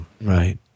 Right